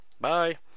bye